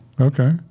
Okay